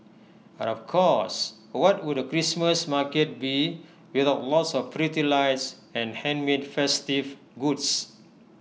and of course what would A Christmas market be without lots of pretty lights and handmade festive goods